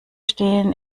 stehen